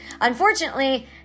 Unfortunately